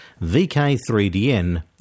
VK3DN